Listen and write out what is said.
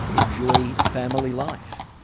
enjoy family life?